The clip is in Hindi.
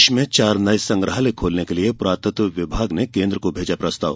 प्रदेश में चार नये संग्रहालय खोलने के लिए पुरातत्व विभाग ने केन्द्र को भेजा प्रस्ताव